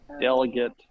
Delegate